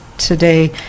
Today